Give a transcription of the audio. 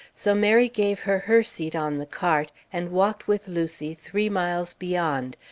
so mary gave her her seat on the cart, and walked with lucy three miles beyond,